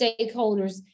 stakeholders